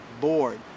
board